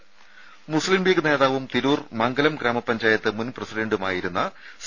രുമ മുസ്ലിംലീഗ് നേതാവും തിരൂർ മംഗലം ഗ്രാമപഞ്ചായത്ത് മുൻ പ്രസിഡന്റുമായി സി